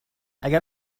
اگر